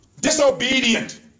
Disobedient